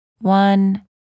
One